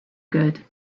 good